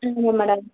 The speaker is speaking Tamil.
மேடம்